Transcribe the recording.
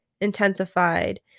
intensified